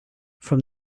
from